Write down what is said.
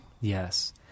Yes